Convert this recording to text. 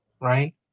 right